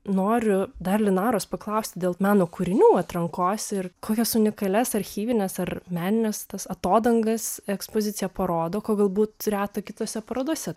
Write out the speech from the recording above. noriu dar linaros paklausti dėl meno kūrinių atrankos ir kokias unikalias archyvines ar menines tas atodangas ekspozicija parodo ko galbūt reta kitose parodose